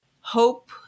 hope